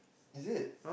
is it